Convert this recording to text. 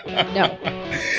No